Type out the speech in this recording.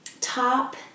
top